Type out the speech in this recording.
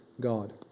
God